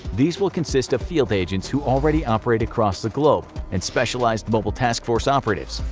these will consist of field agents who already operate across the globe, and specialized mobile task force operatives.